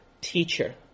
Teacher